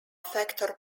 factor